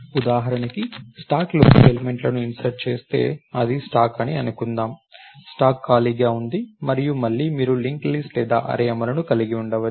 ఉదాహరణకు స్టాక్లోకి ఎలిమెంట్లను ఇన్సర్ట్ చేస్తే ఇది స్టాక్ అని అనుకుందాం స్టాక్ ఖాళీగా ఉంది మరియు మళ్లీ మీరు లింక్ లిస్ట్ లేదా అర్రే అమలును కలిగి ఉండవచ్చు